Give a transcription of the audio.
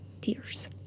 Tears